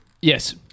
Yes